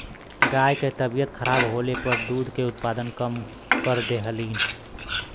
गाय के तबियत खराब होले पर दूध के उत्पादन कम कर देवलीन